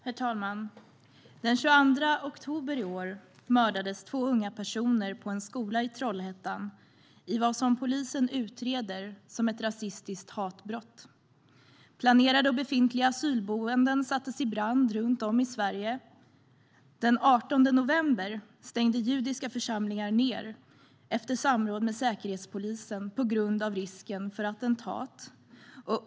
Herr talman! Den 22 oktober i år mördades två unga personer på en skola i Trollhättan i vad polisen utreder som ett rasistiskt hatbrott. Planerade och befintliga asylboenden har satts i brand runt om i Sverige. Den 18 november stängde judiska församlingar ned efter samråd med Säkerhetspolisen på grund av risken för attentat.